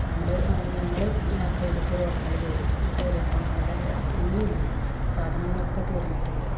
നമ്മൾ ഞങ്ങൾ യാത്ര ചെയ്തപ്പോൾ ഒരു ഹോട്ടലിൽ കയറി കയറിയപ്പോൾ അവിടെ സ് ഒന്നുമില്ല സാധനങ്ങളൊക്കെ തീർന്നിട്ടുണ്ട്